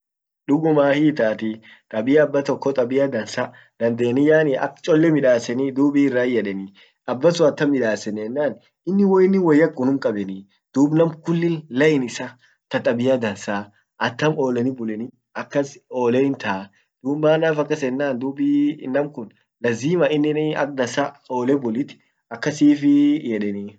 dugumaa hiitati tabia abatoko tabia dandeni akcchole midaseni dub irra hin yedeni abbasun attam midaseni ennan innin woin woyak unnum kabeni dub nam kullin lain isa tabia dansaa atam oleni bulenii akas ole hintaa manaf akas ennan dub nam kun lazima inin ak dansa ole bullit akasifii yedeni